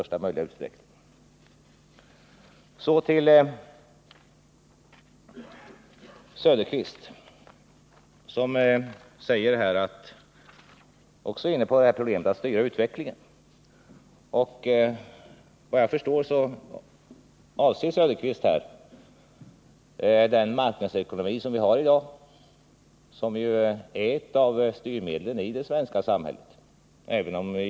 Så till Oswald Söderqvist, som också är inne på problemet att styra utvecklingen. Enligt vad jag förstår avser han här den marknadsekonomi som vi har i dag och som ju är ett av styrmedlen i det svenska samhället.